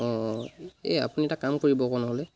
অঁ অঁ এই আপুনি এটা কাম কৰিব আকৌ নহ'লে